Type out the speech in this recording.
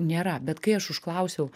nėra bet kai aš užklausiau